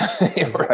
right